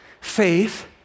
faith